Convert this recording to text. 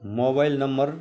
mobile number